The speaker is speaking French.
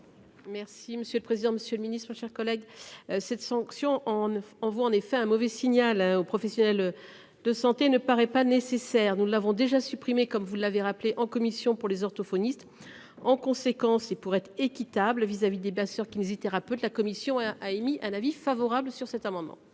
Merci monsieur le président, Monsieur le Ministre, chers collègues. Cette sanction en ne on voit en effet un mauvais signal aux professionnels de santé ne paraît pas nécessaire. Nous l'avons déjà supprimé comme vous l'avez rappelé en commission pour les orthophonistes en conséquence et pour être équitable vis-à-vis des bien sûr kinésithérapeute. La commission a émis un avis favorable sur cet amendement.